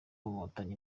nkotanyi